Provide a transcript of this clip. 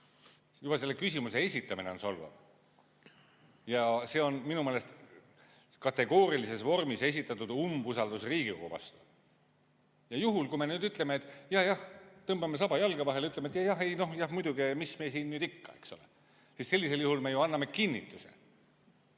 Juba selle küsimuse esitamine on solvav. Ja see on minu meelest kategoorilises vormis esitatud umbusaldus Riigikogu vastu. Juhul kui me nüüd ütleme, et jajah, tõmbame saba jalge vahele ja ütleme, et jah muidugi, mis me siin ikka, eks ole, sellisel juhul me ju anname kinnituse,